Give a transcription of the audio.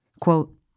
quote